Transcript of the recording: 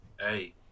hey